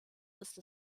ist